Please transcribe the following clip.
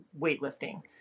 weightlifting